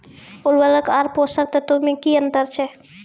उर्वरक आर पोसक तत्व मे की अन्तर छै?